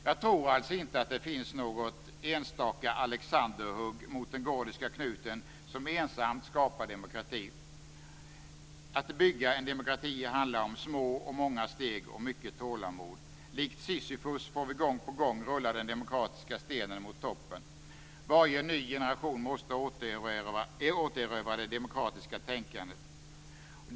Jag tror alltså inte att det finns något enstaka alexanderhugg mot den gordiska knuten som ensamt skapar demokrati; att bygga en demokrati handlar om små, många steg och mycket tålamod. Likt Sisyfos får vi gång på gång rulla den demokratiska stenen mot toppen. Varje ny generation måste återerövra det demokratiska tänkandet.